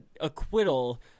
acquittal